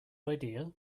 idea